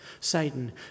Satan